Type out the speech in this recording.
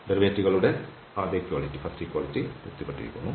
ഡെറിവേറ്റീവുകളുടെ ആദ്യ സമത്വം തൃപ്തിപ്പെട്ടിരിക്കുന്നു